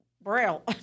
braille